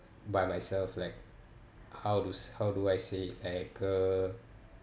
by myself like how do how do I say it like uh